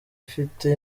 ifite